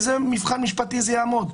באיזה מבחן משפטי זה יעמוד?